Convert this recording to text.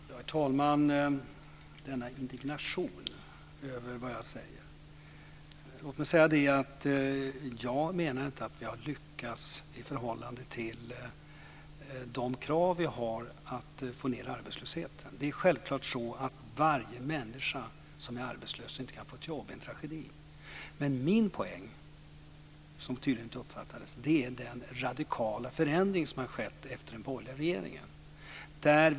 Herr talman! Kent Olsson visar stor indignation över det jag säger. Jag menar inte att vi har lyckats i förhållande till de krav vi ställer på att få ned arbetslösheten. Självklart det en tragedi med varje människa som är arbetslös och inte kan få ett jobb. Min poäng är den radikala förändring som har skett efter den borgerliga regeringen. Den uppfattades tydligen inte.